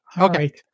okay